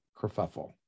kerfuffle